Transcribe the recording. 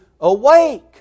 awake